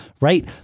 right